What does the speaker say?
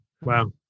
Wow